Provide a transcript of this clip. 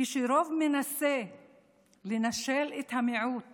כשרוב מנסה לנשל את המיעוט